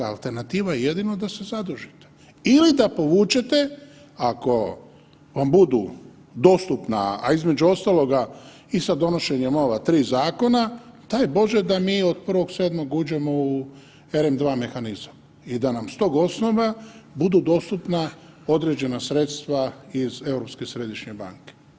Alternativa je jedino da se zadužite ili da povučete ako vam budu dostupna, a između ostaloga i sa donošenjem ova 3 zakona daj Bože da mi od 1.7. uđemo ERM II mehanizam i da nam s tog osnova budu dostupna određena sredstva iz Europske središnje banke.